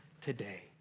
today